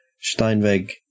Steinweg